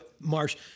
Marsh